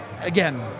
again